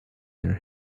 their